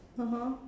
(uh huh)